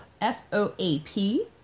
F-O-A-P